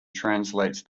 translates